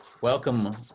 Welcome